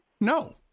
No